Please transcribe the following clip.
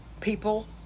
people